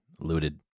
looted